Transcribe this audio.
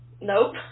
Nope